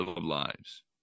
lives